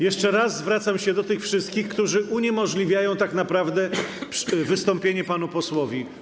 Jeszcze raz zwracam się do tych wszystkich, którzy uniemożliwiają tak naprawdę wystąpienie panu posłowi.